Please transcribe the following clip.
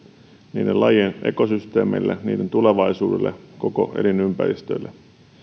niiden lajien ekosysteemeille niiden tulevaisuudelle koko elinympäristölle